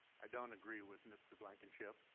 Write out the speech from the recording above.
i don't agree with mr. blankenship.